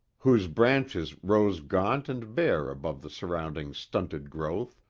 whose branches rose gaunt and bare above the surrounding stunted growth.